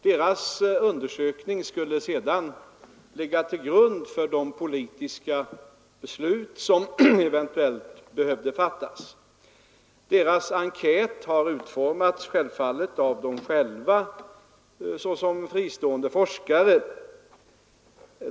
Deras undersökning skulle sedan ligga till grund för de politiska beslut som eventuellt behövde fattas. Enkäten har självfallet utformats av dem själva såsom fristående forskare.